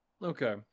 Okay